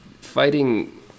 fighting